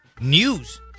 news